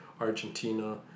Argentina